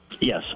Yes